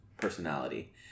personality